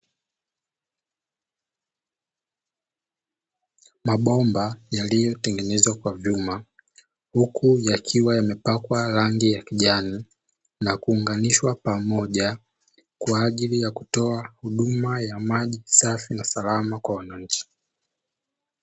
Mabomba yaliyotengenezwa kwa vyuma, huku yakiwa yamepakwa rangi ya kijani, na kuunganishwa pamoja, kwa ajili ya kutoa huduma ya maji safi na salama kwa wananchi.